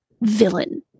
villain